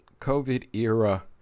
COVID-era